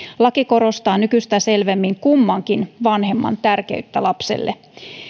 laki korostaa nykyistä selvemmin kummankin vanhemman tärkeyttä lapselle